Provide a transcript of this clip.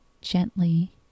gently